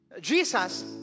Jesus